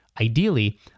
ideally